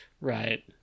Right